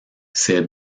ses